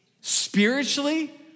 spiritually